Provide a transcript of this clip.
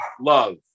love